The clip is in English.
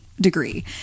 degree